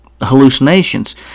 hallucinations